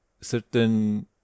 certain